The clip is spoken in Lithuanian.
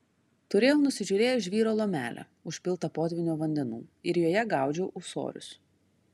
turėjau nusižiūrėjęs žvyro lomelę užpiltą potvynio vandenų ir joje gaudžiau ūsorius